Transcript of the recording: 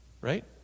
Right